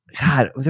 god